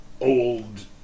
old